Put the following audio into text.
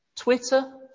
Twitter